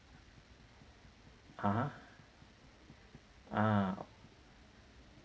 (uh huh) ah